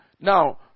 Now